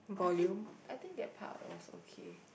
I think I think that part was also okay